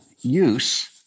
use